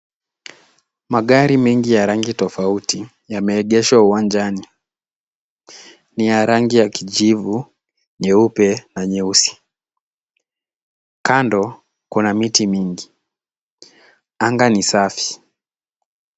Magari mengi ya rangi tofauti yameegeshwa uwanjani. Ni ya rangi ya kijivu, nyeupe na nyeusi. Kando kuna miti mingi. Anga ni safi.